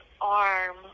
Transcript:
arm